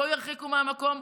אותו ירחיקו מהמקום,